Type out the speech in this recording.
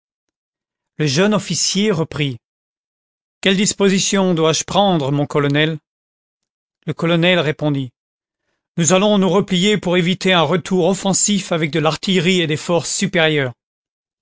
le jeune officier reprit quelles dispositions dois-je prendre mon colonel le colonel répondit nous allons nous replier pour éviter un retour offensif avec de l'artillerie et des forces supérieures